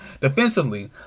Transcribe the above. defensively